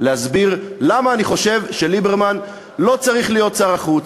להסביר למה אני חושב שליברמן לא צריך להיות שר החוץ,